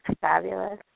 Fabulous